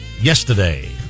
yesterday